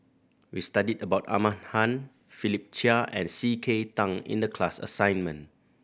we studied about Ahmad Khan Philip Chia and C K Tang in the class assignment